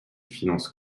finance